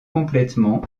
complètement